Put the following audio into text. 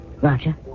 Roger